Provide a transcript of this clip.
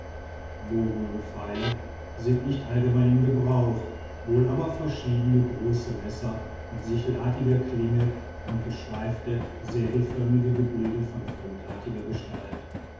bogen und pfeile sind nicht allgemein in gebrauch wohl aber verschieden große messer mit sichelartiger klinge und geschweifte säbelförmige gebilde von fremdartiger gestalt